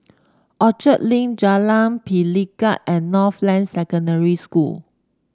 Orchard Link Jalan Pelikat and Northland Secondary School